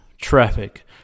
traffic